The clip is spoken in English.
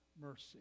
mercy